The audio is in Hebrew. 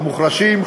המוחלשים,